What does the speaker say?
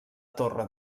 torre